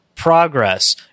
progress